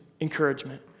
encouragement